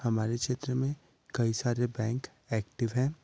हमारे क्षेत्र में कई सारे बैंक ऐक्टिव हैं